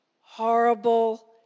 horrible